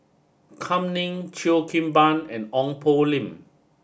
Kam Ning Cheo Kim Ban and Ong Poh Lim